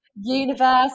Universe